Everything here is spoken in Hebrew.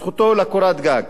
ובמיוחד זכותו לקורת גג.